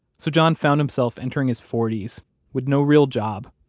so john found himself entering his forty s with no real job,